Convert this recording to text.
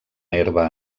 herba